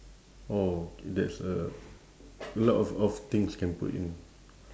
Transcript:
oh that's a a lot of of things can put in